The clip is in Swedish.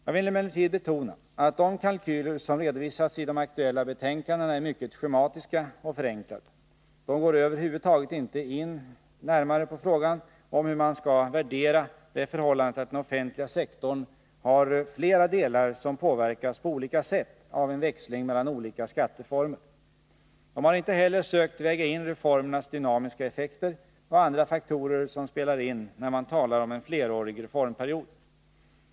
Jag vill emellertid betona att de kalkyler som har redovisats i de aktuella betänkandena är mycket schematiska och förenklade. De går över huvud taget inte in närmare på frågan om hur man skall värdera det förhållandet att den offentliga sektorn har flera delar som påverkas på olika sätt av en växling mellan olika skatteformer. De har inte heller sökt väga in reformernas dynamiska effekter och andra faktorer som spelar in när man talar om en flerårig reformperiod.